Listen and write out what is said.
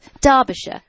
Derbyshire